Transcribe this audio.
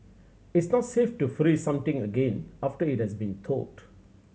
it's not safe to freeze something again after it has been thawed